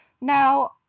now